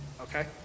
okay